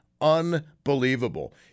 unbelievable